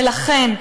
ולכן,